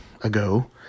ago